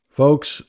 folks